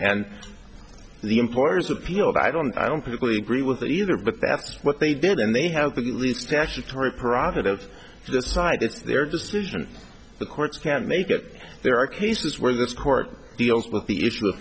and the employers appealed i don't i don't particularly agree with that either but that's what they did and they have been recession tory prerogative to decide it's their decision the courts can't make it there are cases where this court deals with the issue of